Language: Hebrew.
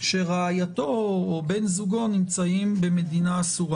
שבן זוגו נמצא במדינה אסורה.